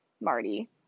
Marty